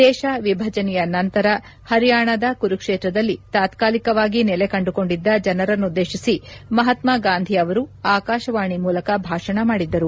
ದೇಶ ವಿಭಜನೆಯ ನಂತರ ಪರಿಯಾಣದ ಕುರುಕ್ಷೇತ್ರದಲ್ಲಿ ತಾತ್ನಾಲಿಕವಾಗಿ ನೆಲೆ ಕಂಡುಕೊಂಡಿದ್ದ ಜನರನ್ನುದ್ದೇತಿಸಿ ಮಹಾತ್ನ ಗಾಂಧಿ ಅವರು ಆಕಾಶವಾಣಿ ಮೂಲಕ ಭಾಷಣ ಮಾಡಿದ್ದರು